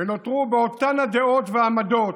ונותרו באותן הדעות והעמדות,